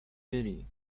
بری